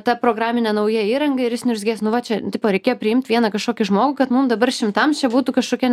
ta programinė nauja įranga ir jis niurzgės nu va čia tipo reikėjo priimt vieną kažkokį žmogų kad mum dabar šimtams čia būtų kažkokia